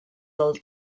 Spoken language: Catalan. del